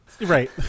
Right